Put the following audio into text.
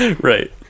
right